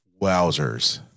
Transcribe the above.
Wowzers